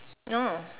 oh